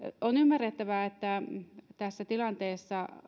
on ymmärrettävää että kun tässä tilanteessa